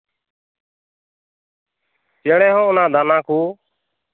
ᱪᱮᱬᱮ ᱦᱚᱸ ᱚᱱᱟ ᱫᱟᱱᱟ ᱠᱚ